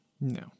No